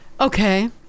okay